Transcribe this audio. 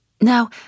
Now